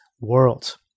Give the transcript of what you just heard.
world